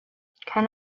can